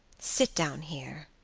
sit down here,